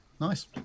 Nice